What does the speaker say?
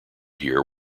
here